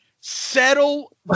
Settle